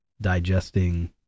digesting